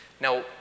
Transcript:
Now